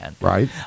Right